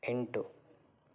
ಎಂಟು